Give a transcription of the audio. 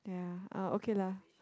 ya uh okay lah